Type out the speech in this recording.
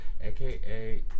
aka